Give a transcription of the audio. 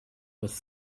was